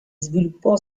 sviluppò